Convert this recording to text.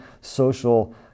social